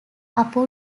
upon